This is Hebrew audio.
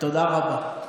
תודה רבה.